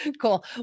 Cool